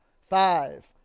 five